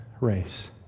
race